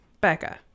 Becca